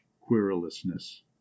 querulousness